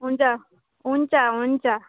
हुन्छ हुन्छ हुन्छ